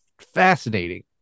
fascinating